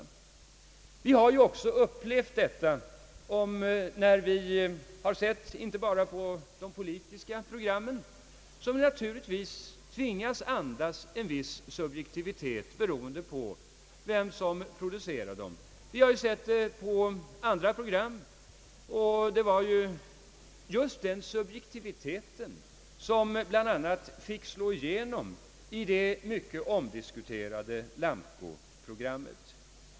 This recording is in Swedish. Vi har också upplevt detta när vi sett inte bara på de politiska programmen, som naturligtvis tvingas att andas en viss subjektivitet beroende på vem som producerar dem, utan även i det mycket omdiskuterade Lamcoprogrammet.